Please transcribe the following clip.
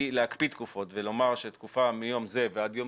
להקפיא תקופות ולומר שתקופה מיום זה ועד יום